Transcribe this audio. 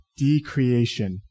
Decreation